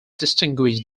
distinguish